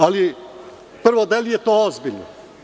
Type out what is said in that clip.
Ali, prvo da li je to ozbiljno.